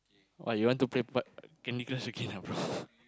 what you want to play part Candy-Crush again ah brother